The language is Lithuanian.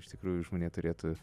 iš tikrųjų žmonija turėtų